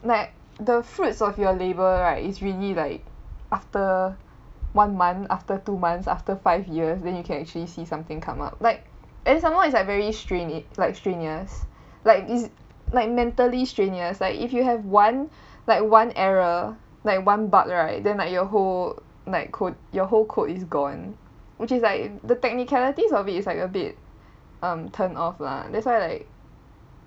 like the fruits of your labour right is really like after one month after two months after five years then you can actually see something come up like and some more is like very stren~ like strenuous like is like mentally strenuous like if you have one like one error like one bug right then like your whole night code your whole code is gone which is like the technicalities of it is like a bit um turn off lah that's why like